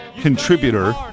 contributor